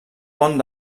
pont